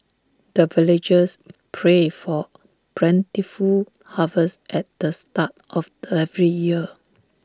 the villagers pray for plentiful harvest at the start of every year